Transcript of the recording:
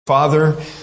Father